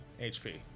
hp